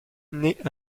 naît